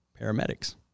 paramedics